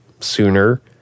sooner